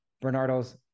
Bernardo's